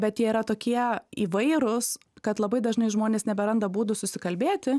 bet jie yra tokie įvairūs kad labai dažnai žmonės neberanda būdų susikalbėti